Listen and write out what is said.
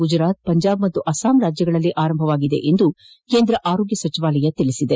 ಗುಜರಾತ್ ಪಂಜಾಬ್ ಮತ್ತು ಅಸ್ಖಾಂನಲ್ಲಿ ಆರಂಭವಾಗಿದೆ ಎಂದು ಕೇಂದ್ರ ಆರೋಗ್ಯ ಸಚಿವಾಲಯ ತಿಳಿಸಿದೆ